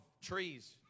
trees